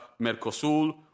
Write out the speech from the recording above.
Mercosul